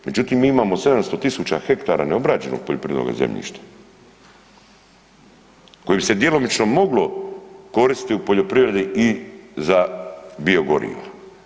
Međutim, mi imamo 700 tisuća hektara neobrađenog poljoprivrednog zemljišta koje bi se djelomično moglo koristiti u poljoprivredi i za biogorivo.